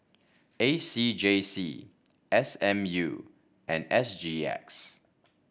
A C J C S M U and S G X